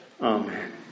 Amen